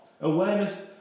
Awareness